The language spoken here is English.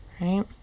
right